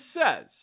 says